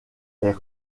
est